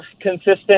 consistent